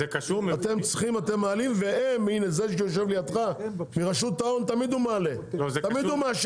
הנושא הזה עלה בעקבות